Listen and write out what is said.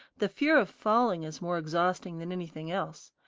the fear of falling is more exhausting than anything else.